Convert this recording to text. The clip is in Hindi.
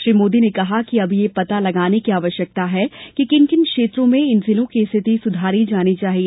श्री मोदी ने कहा कि अब यह पता लगाने की आवश्यकता है कि किन किन क्षेत्रों में इन जिलों की स्थिति सुधारी जानी चाहिए